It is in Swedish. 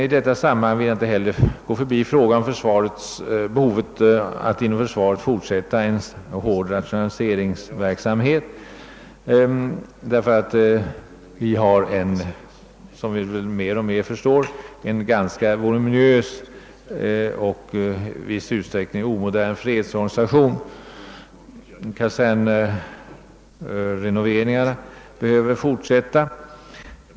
I detta sammanhang vill jag inte heller förbigå behovet av att inom försvaret fortsätta en hård rationalise ringsverksamhet. Vi har en — det börjar vi mer och mer förstå — ganska voluminös och omodern fredsorganisation. Kasernrenoveringarna behöver fortsätta.